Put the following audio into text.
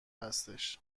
هستش